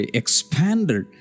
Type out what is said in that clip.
expanded